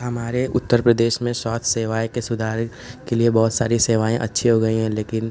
हमारे उत्तर प्रदेश में स्वास्थ्य सेवाएँ के सुधार के लिए बहुत सारी सेवाएँ अच्छी हो गई हैं लेकिन